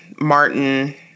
Martin